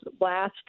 Last